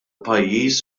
pajjiż